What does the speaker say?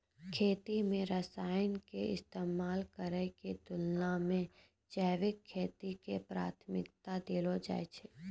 खेती मे रसायन के इस्तेमाल करै के तुलना मे जैविक खेती के प्राथमिकता देलो जाय छै